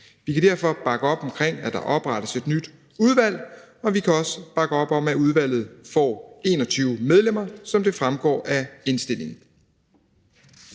Vi kan derfor bakke op om, at der oprettes et nyt udvalg, og vi kan også bakke op om, at udvalget får 21 medlemmer, som det fremgår af indstillingen.